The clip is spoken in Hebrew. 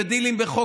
נגד אמיר אוחנה,